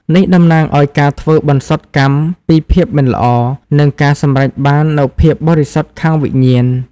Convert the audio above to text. នេះតំណាងឱ្យ ការធ្វីបន្សុតកម្មពីភាពមិនល្អ និងការសម្រេចបាននូវភាពបរិសុទ្ធខាងវិញ្ញាណ។